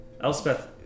Elspeth